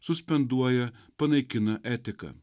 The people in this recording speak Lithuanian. suspenduoja panaikina etiką